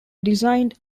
designed